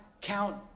count